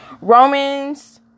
Romans